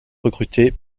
recrutée